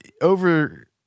over